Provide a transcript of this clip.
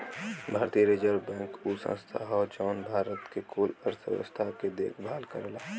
भारतीय Reserve Bank उ संस्था हौ जौन भारत के कुल अर्थव्यवस्था के देखभाल करला